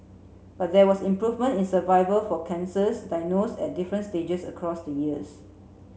but there was improvement in survival for cancers diagnosed at different stages across the years